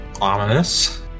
Ominous